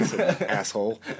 asshole